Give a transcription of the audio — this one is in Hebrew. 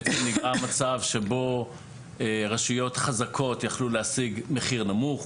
בעצם נגרם מצב שבו רשויות חזקות יכלו להשיג מחיר נמוך,